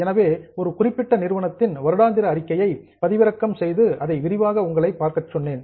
எனவே ஒரு குறிப்பிட்ட நிறுவனத்தின் வருடாந்திர அறிக்கையை டவுன்லோட் பதிவிறக்கம் செய்து அதை விரிவாக உங்களை பார்க்கச் சொன்னேன்